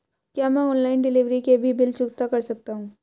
क्या मैं online delivery के भी बिल चुकता कर सकता हूँ?